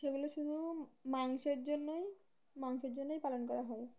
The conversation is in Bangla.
সেগুলো শুধু মাংসের জন্যই মাংসের জন্যই পালন করা হয়